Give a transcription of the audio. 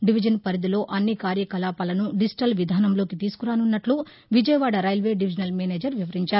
division పరిధిలో అన్ని కార్యకలాపాలను డిజిటల్ విధానంలోకి తీసుకురాసున్నట్లు విజయవాడ రైల్వే డివిజనల్ మేనేజర్ వివరించారు